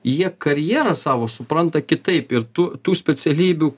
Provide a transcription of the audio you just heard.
jie karjerą savo supranta kitaip ir tų tų specialybių